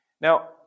Now